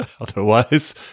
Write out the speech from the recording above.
Otherwise